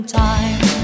time